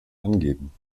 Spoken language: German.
angeben